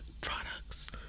products